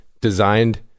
designed